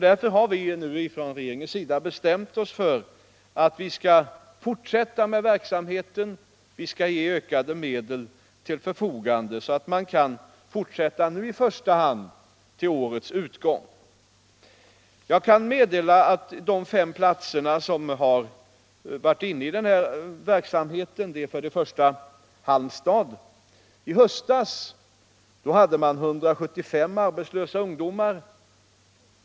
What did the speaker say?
Därför har regeringen nu beslutat ställa ökade medel till förfogande så att verksamheten kan fortsätta i första hand till årets utgång. Jag kan meddela resultatet av verksamheten på de fem orter där den bedrivits. I höstas hade man i Halmstad 175 arbetslösa ungdomar.